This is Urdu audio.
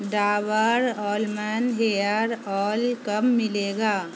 ڈابر آلمنڈ ہیئر اول کب ملے گا